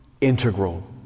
integral